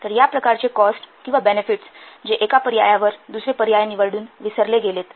तर या प्रकारचे कॉस्ट किंवा बेनेफिट्स जे एका पर्यायावर दुसरे पर्याय निवडून विसरले गेलेत